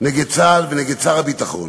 נגד צה"ל ונגד שר הביטחון